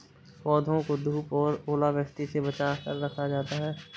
पौधों को धूप और ओलावृष्टि से बचा कर रखा जाता है